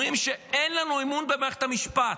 אומרים היום: אין לנו אמון במערכת המשפט.